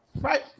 Right